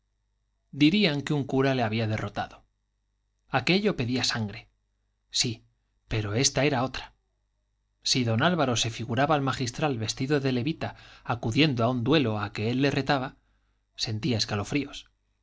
dirían que un cura le había derrotado aquello pedía sangre sí pero esta era otra si don álvaro se figuraba al magistral vestido de levita acudiendo a un duelo a que él le retaba sentía escalofríos